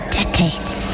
decades